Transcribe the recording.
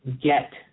get